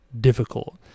difficult